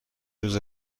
روز